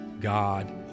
God